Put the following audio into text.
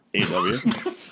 AW